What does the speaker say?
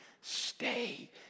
stay